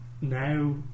now